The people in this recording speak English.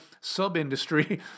sub-industry